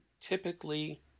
typically